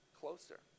closer